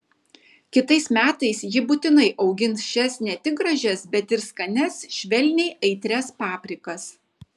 kitais metais ji būtinai augins šias ne tik gražias bet ir skanias švelniai aitrias paprikas